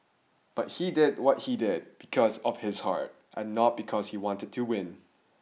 but he did what he did because of his heart and not because he wanted to win